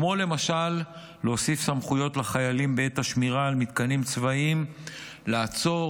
כמו למשל להוסיף סמכויות לחיילים בעת השמירה על מתקנים צבאיים לעצור,